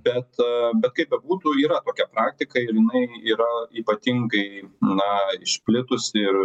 bet bet kaip bebūtų yra tokia praktika ir jinai yra ypatingai na išplitusi ir